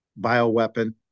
bioweapon